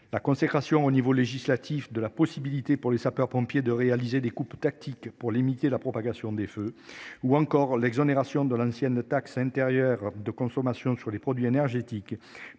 La consécration au niveau législatif de la possibilité pour les sapeurs-pompiers de réaliser des coupes tactique pour limiter la propagation des feux ou encore l'exonération de l'ancienne taxe intérieure de consommation sur les produits énergétiques